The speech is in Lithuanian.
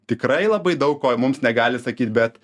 tikrai labai daug ko mums negali sakyt bet